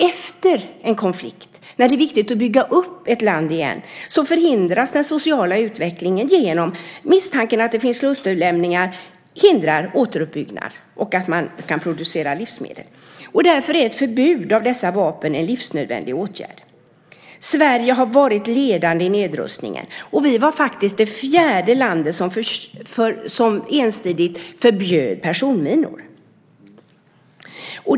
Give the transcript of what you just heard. Efter en konflikt, när det är viktigt att bygga upp ett land igen, förhindras den sociala utvecklingen genom att misstanken att det finns klusterlämningar hindrar återuppbyggnad och att man kan producera livsmedel. Därför är ett förbud mot dessa vapen en livsnödvändig åtgärd. Sverige har varit ledande i nedrustningen. Vi var det fjärde landet som ensidigt förbjöd personminor.